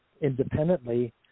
independently